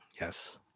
Yes